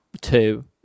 two